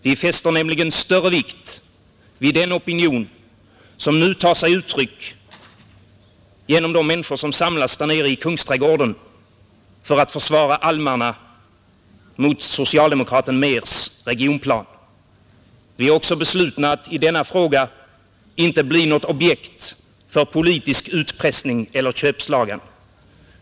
Vi fäster nämligen större vikt vid den opinion som nu tar sig uttryck genom de människor som samlas nere i Kungsträdgården för att försvara almarna mot socialdemokraten Mehrs regionplan. Vi är också beslutna att i denna fråga inte bli något objekt för politisk utpressning eller köpslagan.